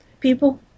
people